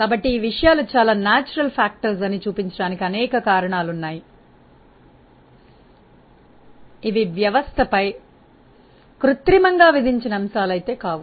కాబట్టి ఈ విషయాలు చాలా సహజ కారకాలు అని చూపించడానికి అనేక కారణాలు ఉన్నాయి ఇవి వ్యవస్థపై కృత్రిమంగా విధించిన అంశాలు కావు